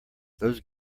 those